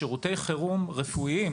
שירותי חירום רפואיים